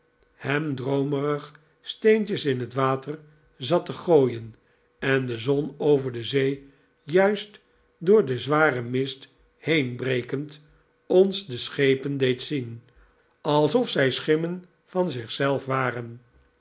ham droomerig steentjes in het water zat te gooien en de zon over de zee juist door den zwaren mist heenbrekend ons de schepen deed zien alsof zij schimmen van zichzelf waren